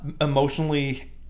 emotionally